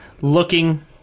looking